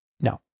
No